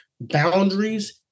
boundaries